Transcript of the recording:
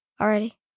already